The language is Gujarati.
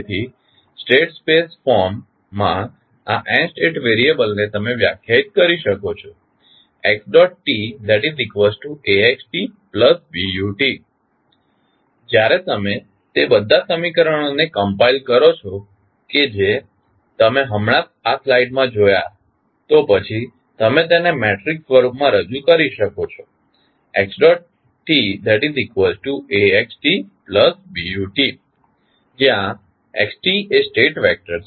તેથી સ્ટેટ સ્પેસ ફોર્મ માં આ n સ્ટેટ વેરીયબલને તમે વ્યાખ્યાયિત કરી શકો છો xtAxtBu જ્યારે તમે તે બધા સમીકરણોને કમ્પાઇલ કરો છો કે જે તમે હમણાં જ આ સ્લાઇડમાં જોયા તો પછી તમે તેમને મેટ્રિક્સ સ્વરૂપમાં રજૂ કરી શકો છો xtAxtBu જ્યાં xtએ સ્ટેટ વેક્ટર છે